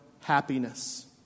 happiness